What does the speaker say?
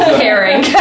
caring